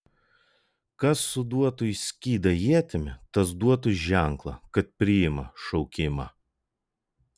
kas suduotų į skydą ietimi tas duotų ženklą kad priima šaukimą